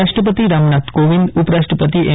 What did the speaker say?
રાષ્ટ્રપતિ રામનાથ કોવિંદ ઉપરાષ્ટ્રપતિ એમ